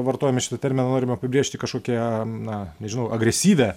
vartojame šitą terminą norim apibrėžti kažkokią na nežinau agresyvią